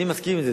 אני מסכים עם זה,